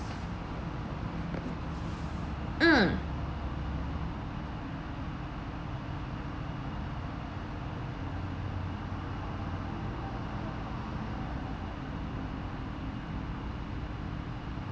mm